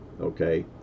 okay